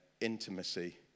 intimacy